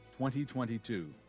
2022